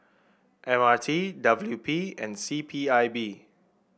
M R T W P and C P I B